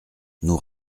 nous